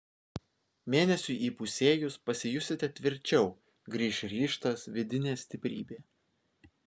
mėnesiui įpusėjus pasijusite tvirčiau grįš ryžtas vidinė stiprybė